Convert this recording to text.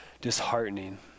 disheartening